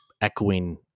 echoing